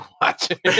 watching